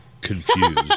confused